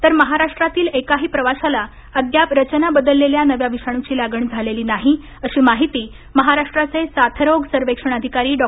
तर महाराष्ट्रातील एकाही प्रवाशाला अद्याप रचना बदललेल्या नव्या विषाणूची लागण झालेली नाही अशी माहिती महाराष्ट्राचे साथरोग सर्वेक्षण अधिकारी डॉ